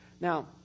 Now